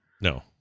No